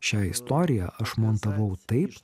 šią istoriją aš montavau taip